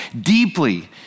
deeply